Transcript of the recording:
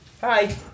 Hi